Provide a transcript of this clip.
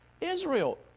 Israel